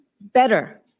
better